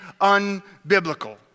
unbiblical